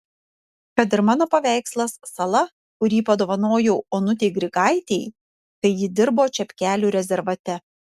kad ir mano paveikslas sala kurį padovanojau onutei grigaitei kai ji dirbo čepkelių rezervate